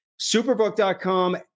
Superbook.com